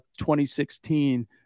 2016